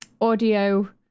audio